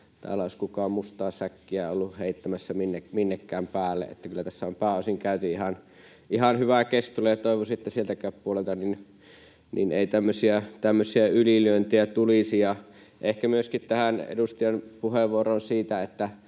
täällä olisi kukaan mustaa säkkiä ollut heittämässä minnekään päälle. Eli kyllä tässä on pääosin käyty ihan hyvää keskustelua, ja toivoisin, että sieltäkään puolelta ei tämmöisiä ylilyöntejä tulisi. Ehkä myöskin tähän edustajan puheenvuoroon siitä, että